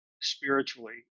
spiritually